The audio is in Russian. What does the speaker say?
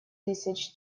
тысяч